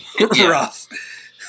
rough